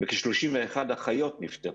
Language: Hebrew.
וכ-31 אחיות נפטרו.